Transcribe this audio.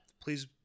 please